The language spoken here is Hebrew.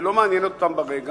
הן לא מעניינות אותה כרגע,